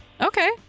Okay